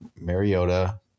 Mariota